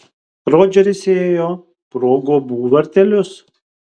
rodžeris įėjo pro guobų vartelius